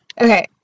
okay